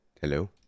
hello